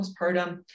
postpartum